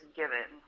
given